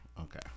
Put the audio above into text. Okay